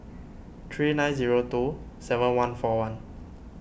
three nine zero two seven one four one